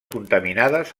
contaminades